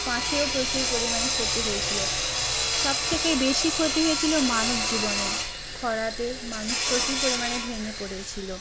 মাছেও প্রচুর পরিমাণে ক্ষতি হয়েছিলো সব থেকে বেশি ক্ষতি হয়ে ছিলো মানব জীবনে খরাতে মানুষ প্রচুর পরিমাণে ভেঙে পড়েছিলো